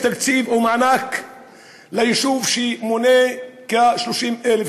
יש תקציב ומענק ליישוב שמונה כ-30,000,